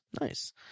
nice